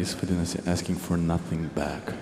jis vadinasi asking fo naf bek